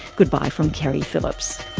goodbye from keri phillips